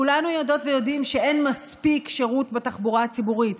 כולנו יודעים ויודעות שאין מספיק שירות בתחבורה הציבורית,